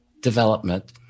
development